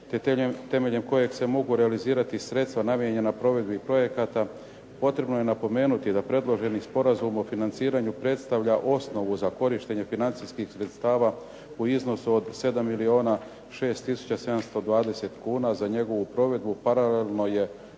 temeljem kojeg se mogu realizirati sredstva namijenjena provedbi projekata, potrebno je napomenuti da predloženi sporazum o financiranju predstavlja osnovu za korištenje financijskih sredstva u iznosu od 7 milijuna 6 tisuća 720 kuna za njegovu provedbu, paralelno je